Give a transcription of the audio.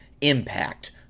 Impact